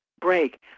break